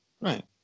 Right